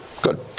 Good